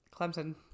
Clemson